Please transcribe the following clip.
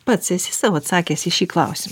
pats esi sau atsakęs į šį klausim